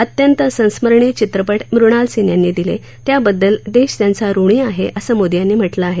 अत्यंत संस्मरणीय चित्रपट मृणाल सेन यांनी दिले त्याबद्दल देश त्यांचा ऋणी आहे असं मोदी यांनी म्हटलं आहे